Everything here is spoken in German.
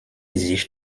sich